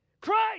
Christ